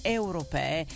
europee